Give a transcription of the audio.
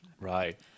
Right